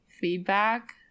feedback